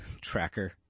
tracker